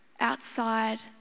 outside